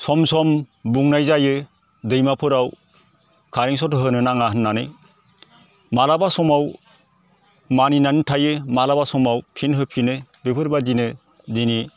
सम सम बुंनाय जायो दैमाफोराव कारेन्ट सट होनो नाङा होन्नानै माब्लाबा समाव मानिनानै थायो माब्लाबा समाव फिन होफिनो बेफोरबादिनो दिनै